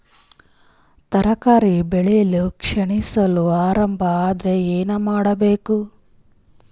ತರಕಾರಿ ಬೆಳಿ ಕ್ಷೀಣಿಸಲು ಆರಂಭ ಆದ್ರ ಏನ ಮಾಡಬೇಕು?